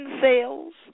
sales